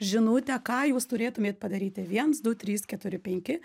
žinutę ką jūs turėtumėt padaryti viens du trys keturi penki